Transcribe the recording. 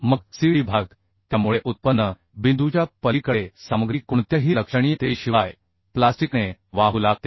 मग CDभाग त्यामुळे यील्ड बिंदूच्या पलीकडे सामग्री कोणत्याही लक्षणीयते शिवाय प्लास्टिकसारखे वाहू लागते